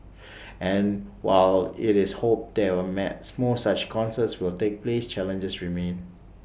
and while IT is hoped that were made more such concerts will take place challenges remain